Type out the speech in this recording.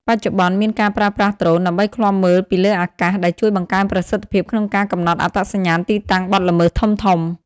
បច្ចុប្បន្ន មានការប្រើប្រាស់ដ្រូនដើម្បីឃ្លាំមើលពីលើអាកាស ដែលជួយបង្កើនប្រសិទ្ធភាពក្នុងការកំណត់អត្តសញ្ញាណទីតាំងបទល្មើសធំៗ។